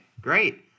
great